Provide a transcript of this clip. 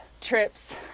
trips